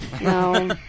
No